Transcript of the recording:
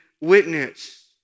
witness